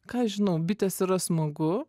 ką aš žinau bitės yra smagu